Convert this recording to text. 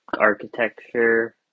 architecture